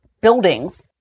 buildings